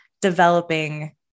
developing